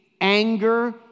anger